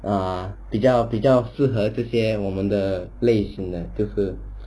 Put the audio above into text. uh 比较比较适合这些我们的类型的就是